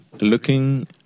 looking